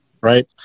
Right